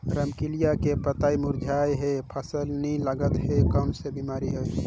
रमकलिया के पतई मुरझात हे फल नी लागत हे कौन बिमारी हे?